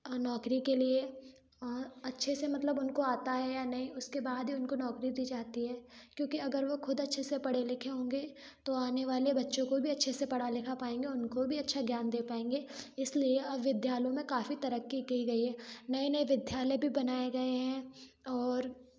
नौकरी के लिए अ अच्छे से मतलब उनको आता है या नहीं उसके बाद ही उनको नौकरी दी जाती है क्योंकी अगर वो खुद अच्छे से पढ़े लिखे होंगे तो आने वाले बच्चों को भी अच्छे से पढ़ा लिखा पाएँगे उनको भी अच्छा ज्ञान दे पाएँगे इसलिए अब विद्यालयों में काफ़ी तरक्की की गई है नए नए विद्यालय भी बनाए गए हैं और